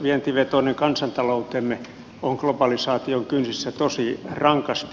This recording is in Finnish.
vientivetoinen kansantaloutemme on globalisaation kynsissä tosi rankasti